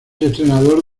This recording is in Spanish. entrenador